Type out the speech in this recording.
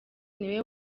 niwe